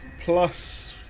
plus